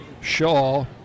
Shaw